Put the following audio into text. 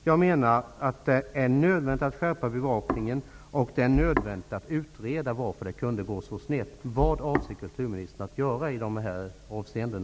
Jag menar att det är nödvändigt att skärpa bevakningen, och det är nödvändigt att utreda varför det kunde gå så snett. Vad avser kulturministern att göra i dessa avseenden?